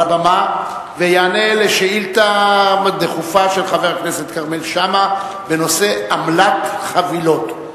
לבמה ויענה על שאילתא דחופה של חבר הכנסת כרמל שאמה בנושא: עמלת חבילות.